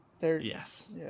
Yes